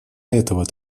этого